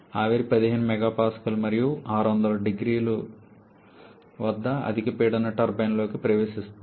ఆవిరి 15 MPa మరియు 6000C వద్ద అధిక పీడన టర్బైన్లోకి ప్రవేశిస్తుంది